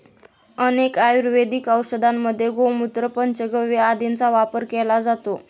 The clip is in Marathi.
अनेक आयुर्वेदिक औषधांमध्ये गोमूत्र, पंचगव्य आदींचा वापर केला जातो